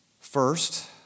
First